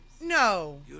No